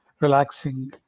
relaxing